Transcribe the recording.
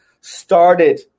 started